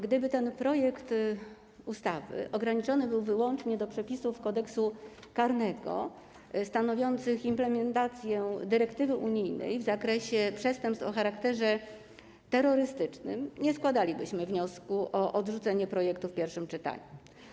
Gdyby ten projekt ustawy ograniczony był wyłącznie do przepisów Kodeksu karnego stanowiących implementację dyrektywy unijnej w zakresie przestępstw o charakterze terrorystycznym, nie składalibyśmy wniosku o odrzucenie go w pierwszym czytaniu.